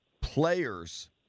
Players